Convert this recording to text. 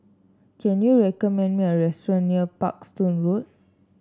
can you recommend me a restaurant near Parkstone Road